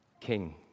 King